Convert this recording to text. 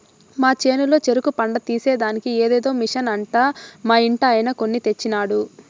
మా చేనులో చెరుకు పంట తీసేదానికి అదేదో మిషన్ అంట మా ఇంటాయన కొన్ని తెచ్చినాడు